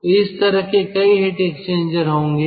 तो इस तरह के कई हीट एक्सचेंजर्स होंगे